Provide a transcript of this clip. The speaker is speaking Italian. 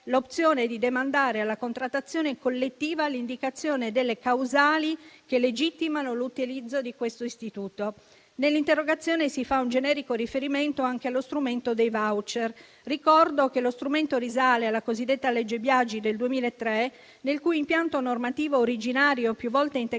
l'opzione di demandare alla contrattazione collettiva l'indicazione delle causali che legittimano l'utilizzo di questo istituto. Nell'interrogazione si fa un generico riferimento anche allo strumento dei *voucher.* Ricordo che lo strumento risale alla cosiddetta legge Biagi del 2003, nel cui impianto normativo originario, più volte integrato